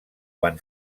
quan